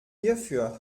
hierfür